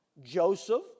Joseph